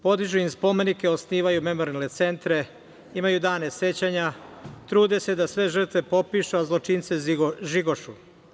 Podižu im spomenike, osnivaju memorijalne centre, imaju dane sećanja, trude se da sve žrtve popišu, a zločince žigošu.